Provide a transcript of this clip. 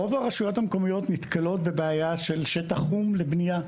רוב הרשויות המקומיות נתקלות בבעיה של שטח חום לבניה,